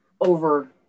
over